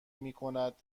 میکند